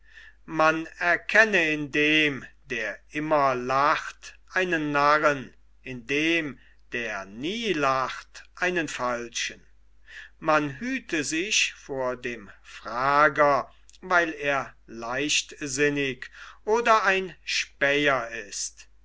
man erkenne in dem der immer lacht einen narren in dem der nie lacht einen falschen man hüte sich vor dem frager weil er leichtsinnig oder ein späher ist